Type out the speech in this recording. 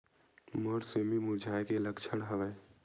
मोर सेमी मुरझाये के का लक्षण हवय?